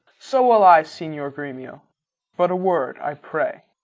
so will i, signior gremio but a word, i pray.